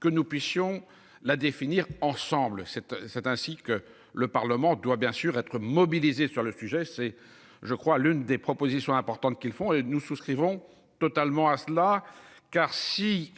que nous puissions la définir ensemble cette. C'est ainsi que le Parlement doit bien sûr être mobilisés sur le sujet, c'est je crois l'une des propositions importantes qu'ils font et nous souscrivons totalement à cela car si.